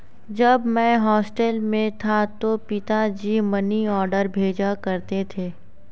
जब मैं हॉस्टल में था तो पिताजी मनीऑर्डर भेजा करते थे